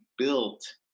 built